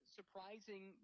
surprising